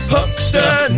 Hookster